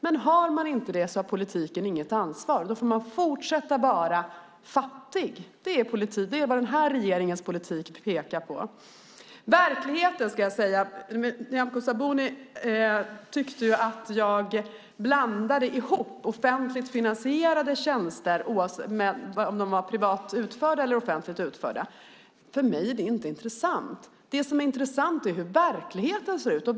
Men har man inte det så har politiken inget ansvar. Då får man fortsätta att vara fattig. Det är vad den här regeringens politik pekar mot. Nyamko Sabuni tyckte att jag blandade ihop privat och offentligt utförande av offentligt finansierade tjänster. Men för mig är det inte intressant. Det som är intressant är hur verkligheten ser ut.